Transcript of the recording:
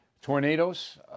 tornadoes